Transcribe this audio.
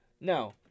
No